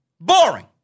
Boring